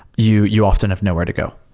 you you often have nowhere to go.